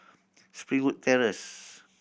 Springwood Terrace